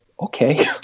okay